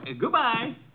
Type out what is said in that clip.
Goodbye